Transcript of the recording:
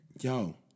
Yo